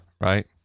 Right